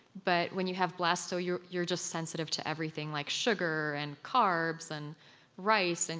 but when you have blasto, you're you're just sensitive to everything, like sugar and carbs and rice, and